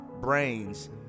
brains